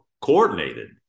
coordinated